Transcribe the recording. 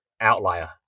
outlier